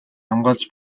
хамгаалж